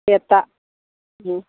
ꯁꯦꯠꯇ ꯎꯝ